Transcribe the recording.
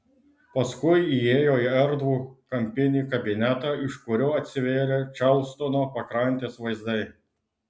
paskui įėjo į erdvų kampinį kabinetą iš kurio atsivėrė čarlstono pakrantės vaizdai